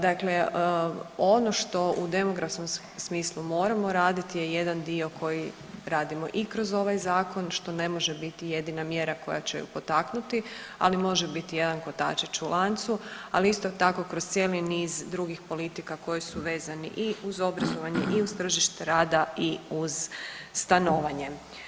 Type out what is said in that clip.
Dakle ono što u demografskom smislu moramo raditi je jedan dio koji radimo i kroz ovaj Zakon što ne može bit jedina mjera koja će ju potaknuti, ali može biti jedan kotačić u lancu, ali isto tako kroz cijeli niz drugih politika koji su vezani i uz obrazovanje i uz tržište rada i uz stanovanje.